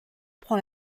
prend